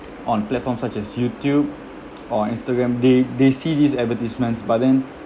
on platforms such as youtube or instagram they they see these advertisements but then